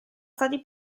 stati